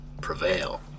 prevail